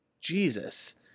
Jesus